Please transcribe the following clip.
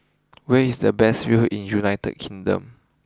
where is the best view in United Kingdom